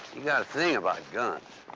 yeah a thing about guns.